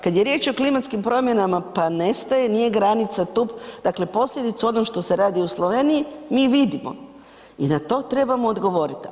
Kad je riječ o klimatskim promjenama pa ne staje nije granica tup, dakle posljedicu onog što se radi u Sloveniji mi vidimo i na to trebamo odgovoriti.